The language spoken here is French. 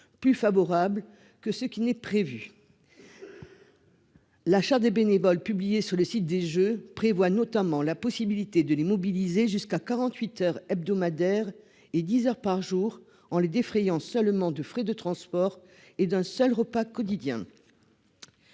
plus favorables que ceux qui n'est prévu. L'achat des bénévoles publié sur le site des Jeux prévoit notamment la possibilité de les mobiliser jusqu'à 48 heures hebdomadaires et 10h par jour en les défrayant seulement de frais de transport et d'un seul repas quotidien.